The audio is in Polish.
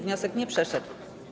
Wniosek nie przeszedł.